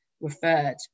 referred